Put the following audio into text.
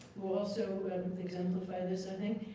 we'll also exemplify this, i think.